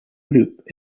group